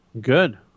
good